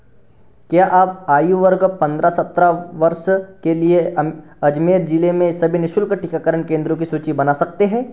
क्या आप आयु वर्ग पंद्रह सत्रह वर्ष के लिए अजमेर जिले में सभी निः शुल्क टीकाकरण केंद्रों की सूची बना सकते हैं